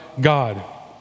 God